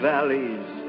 Valleys